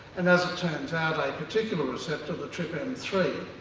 and as it turns out a particular receptor the t three,